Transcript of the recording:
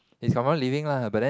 is someone leaving lah but then